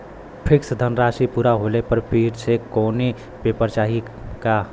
Fix धनराशी पूरा होले पर फिर से कौनो पेपर चाही का?